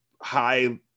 high